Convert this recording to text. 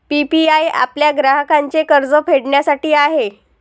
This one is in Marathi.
पी.पी.आय आपल्या ग्राहकांचे कर्ज फेडण्यासाठी आहे